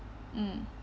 mm